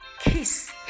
kiss